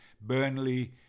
Burnley